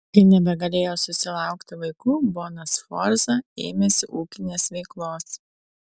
kai nebegalėjo susilaukti vaikų bona sforza ėmėsi ūkinės veiklos